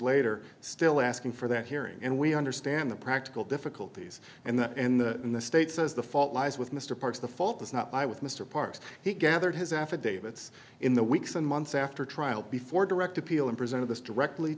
later still asking for that hearing and we understand the practical difficulties and in the in the states as the fault lies with mr parks the fault is not i with mr parks he gathered his affidavits in the weeks and months after a trial before direct appeal and presented this directly